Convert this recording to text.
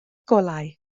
golau